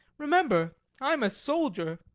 remember i'm a soldier.